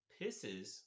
pisses